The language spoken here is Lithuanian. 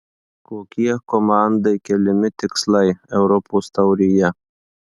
kokie komandai keliami tikslai europos taurėje